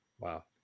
Wow